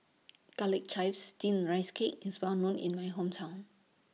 Garlic Chives Steamed Rice Cake IS Well known in My Hometown